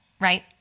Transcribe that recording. right